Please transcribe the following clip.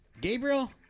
Gabriel